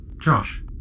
Josh